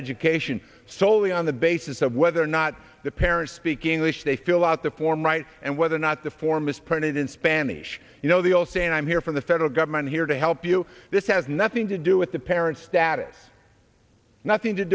education soley on the basis of whether or not the parents speak english they fill out the form right and whether or not the form is printed in spanish you know the old saying i'm here from the federal government here to help you this has nothing to do with the parent status nothing to